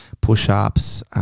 push-ups